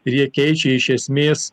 ir jie keičia iš esmės